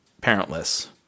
parentless